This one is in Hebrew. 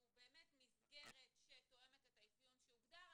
באמת מסגרת שתואמת את האפיון שהוגדר,